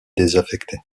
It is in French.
désaffectée